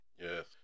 Yes